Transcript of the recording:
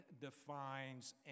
defines